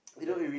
that's